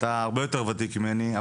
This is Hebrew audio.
אתה הרבה יותר ותיק ממני,